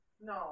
No